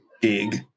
dig